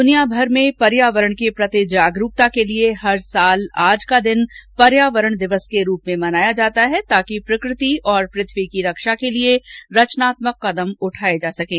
दुनियाभर में पर्यावरण के प्रति जागरूकता के लिए हर साल आज का दिन पर्यावरण दिवस के रूप में मनाया जाता है ताकि प्रकृति और पृथ्वी की रक्षा के लिए रचात्मक कदम उठाए जा सकें